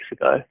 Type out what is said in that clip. ago